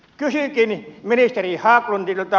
kysynkin ministeri haglundilta